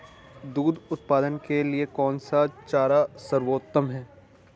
दूध उत्पादन के लिए कौन सा चारा सर्वोत्तम है?